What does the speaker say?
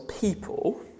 people